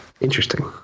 Interesting